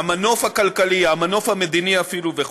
המנוף הכלכלי, המנוף המדיני אפילו וכו'.